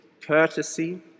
courtesy